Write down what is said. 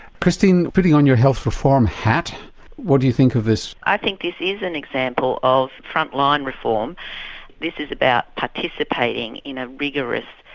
christine putting on your health reform hat what do you think of this? i think this is an example of frontline reform this is about participating in a vigorous,